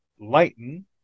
lighten